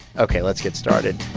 ok, let's get started